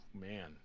man